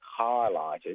highlighted